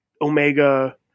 Omega